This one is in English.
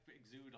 exude